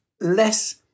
less